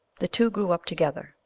the two grew up together,